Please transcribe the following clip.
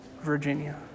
Virginia